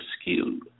skewed